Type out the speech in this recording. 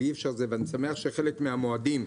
ואני שמח שחלק מהמועדים,